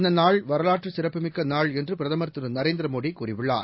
இந்தநாள் வரலாற்றுசிறப்புமிக்கநாள் என்றுபிரதமர் திருநரேந்திரமோடிகூறியுள்ளார்